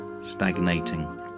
stagnating